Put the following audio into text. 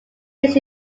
years